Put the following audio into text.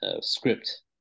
script